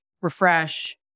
refresh